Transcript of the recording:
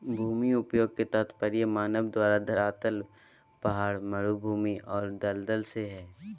भूमि उपयोग के तात्पर्य मानव द्वारा धरातल पहाड़, मरू भूमि और दलदल से हइ